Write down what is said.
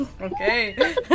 Okay